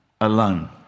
alone